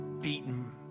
beaten